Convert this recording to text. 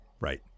Right